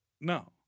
No